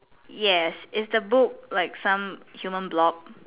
yes is the book like some human blob